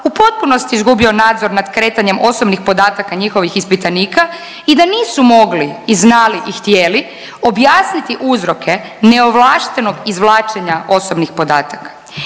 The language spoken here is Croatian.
u potpunosti izgubio nadzor nad kretanjem osobnih podataka njihovih ispitanika i da nisu mogli i znali i htjeli objasniti uzroke neovlaštenog izvlačenja osobnih podataka,